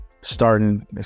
Starting